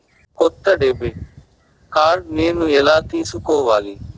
కొత్త debit card నేను ఎలా తీసుకోవాలి?